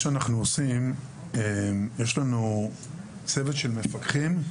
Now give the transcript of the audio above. יש לנו צוות של מפקחים,